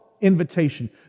invitation